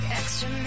extra